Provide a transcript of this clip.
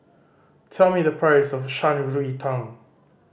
tell me the price of Shan Rui Tang